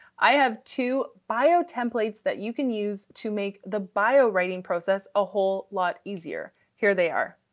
i have two bio templates that you can use to make the bio writing process a whole lot easier. here they are,